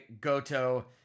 Goto